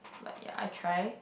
but ya I try